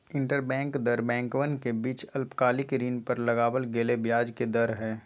interbank दर बैंकवन के बीच अल्पकालिक ऋण पर लगावल गेलय ब्याज के दर हई